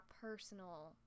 personal